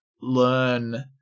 learn